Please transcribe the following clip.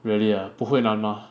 really ah 不会难吗